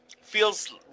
feels